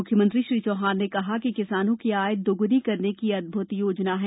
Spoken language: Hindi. मुख्यमंत्री श्री चौहान ने कहा कि किसानों की आय दोगुनी करने की यह अद्भुत योजना है